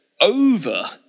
over